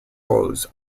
rose